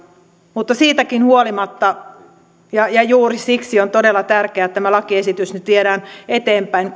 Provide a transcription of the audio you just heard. mutta siitäkin huolimatta ja ja juuri siksi on todella tärkeää että tämä lakiesitys nyt viedään eteenpäin